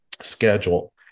schedule